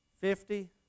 Fifty